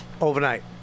Overnight